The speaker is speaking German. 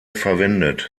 verwendet